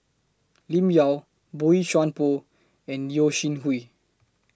Lim Yau Boey Chuan Poh and Yeo Shih Hui